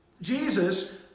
Jesus